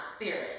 spirit